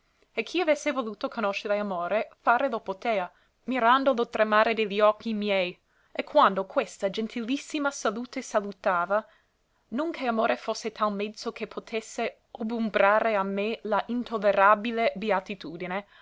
e chi avesse voluto conoscere amore fare lo potea mirando lo tremare de li occhi miei e quando questa gentilissima salute salutava non che amore fosse tal mezzo che potesse obumbrare a me la intollerabile beatitudine